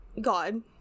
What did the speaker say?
god